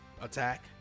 attack